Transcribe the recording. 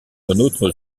autre